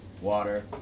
water